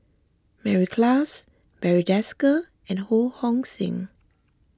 Mary Klass Barry Desker and Ho Hong Sing